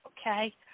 okay